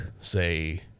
say